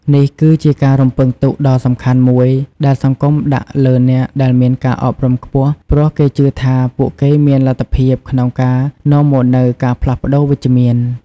នេះគឺជាការរំពឹងទុកដ៏សំខាន់មួយ ដែលសង្គមដាក់លើអ្នកដែលមានការអប់រំខ្ពស់ ព្រោះគេជឿថាពួកគេមានលទ្ធភាពក្នុងការនាំមកនូវការផ្លាស់ប្តូរវិជ្ជមាន។